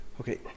Okay